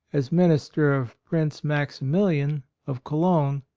as minister of prince maximilian of cologne,